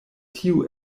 tio